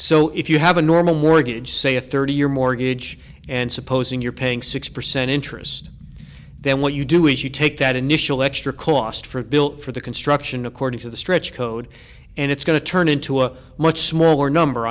so if you have a normal mortgage say a thirty year mortgage and supposing you're paying six percent interest then what you do is you take that initial extra cost for it built for the construction according to the stretch code and it's going to turn into a much smaller number